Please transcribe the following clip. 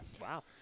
Wow